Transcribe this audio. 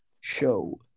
show